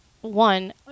one